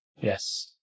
Yes